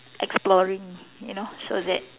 exploring you know so that